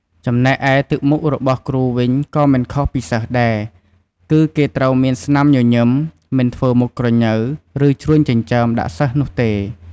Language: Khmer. ចំណែកឯទឹកមុខរបស់គ្រូវិញ ក៏មិនខុសពីសិស្សដែរ គឺគេត្រូវមានស្នាមញញឹម មិនធ្វើមុខក្រញ៉ូវ ឬ ជ្រួញចិញ្ចើមដាក់សិស្សនោះទេ។